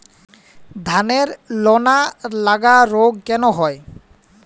ধানের লোনা লাগা রোগ কেন হয়?